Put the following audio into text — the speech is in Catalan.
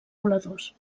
voladors